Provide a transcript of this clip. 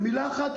ומילה אחת,